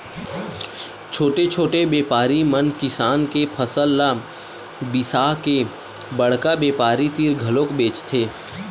छोटे छोटे बेपारी मन किसान के फसल ल बिसाके बड़का बेपारी तीर घलोक बेचथे